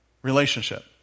relationship